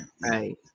right